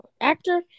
actor